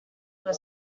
were